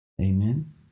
Amen